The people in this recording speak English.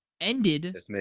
ended